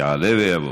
יעלה ויבוא.